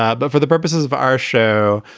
ah but for the purposes of our show,